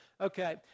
Okay